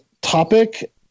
topic